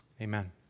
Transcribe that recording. Amen